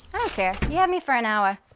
yeah you have me for an hour.